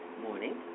Morning